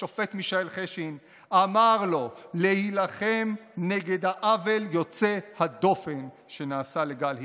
השופט מישאל חשין אמר לו להילחם נגד העוול יוצא הדופן שנעשה לגל הירש.